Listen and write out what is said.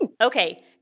Okay